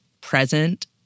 present